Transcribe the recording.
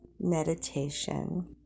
meditation